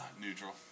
Neutral